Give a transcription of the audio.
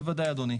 בוודאי אדוני.